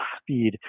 speed